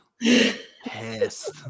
Pissed